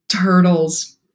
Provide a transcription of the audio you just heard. turtles